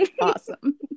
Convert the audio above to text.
Awesome